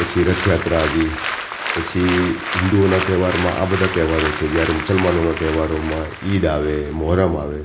પછી રથયાત્રા આવી પછી હિન્દુઓના તહેવારમાં આ બધા તહેવારો છે જ્યારે મુસલમાનોના તહેવારોમાં ઈદ આવે મહોરમ આવે